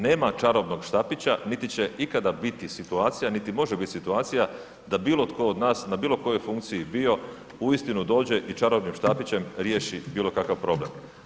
Nema čarobnog štapića niti će ikada biti situacija, niti može biti situacija da bilo tko od nas, na bilo kojoj funkciji bio uistinu dođe i čarobnim štapićem riješi bilo kakav problem.